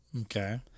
Okay